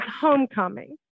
homecoming